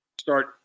start